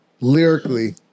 lyrically